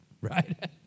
right